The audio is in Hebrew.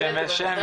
שוחחתי